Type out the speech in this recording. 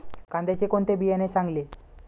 कांद्याचे कोणते बियाणे चांगले?